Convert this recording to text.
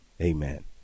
amen